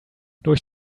durch